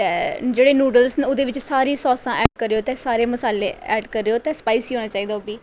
ते जेह्ड़े न्यूडल्स न उ'दे बिच्च सारियां सासां एड करेओ ते सारे मसाले एड करेओ ते स्पाइसी होने चाहिदे ओह् बी